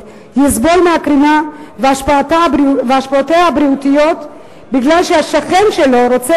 יסבול מהקרינה ומהשפעותיה הבריאותיות משום שהשכן שלו רוצה